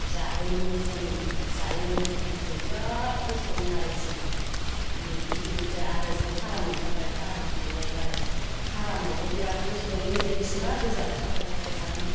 जाहोयोमोन जों जायोमोन बिनिफ्राय बिरात कस्त'मोन आरो बै समाव इतिमध्ये आरो जों फाराम ओंखारबाय फारामाव थांलायबाय फारामावबो बिरात कस्त' बेनिफ्राय बेसेबा गोजान थाबाय थाबाय थाङो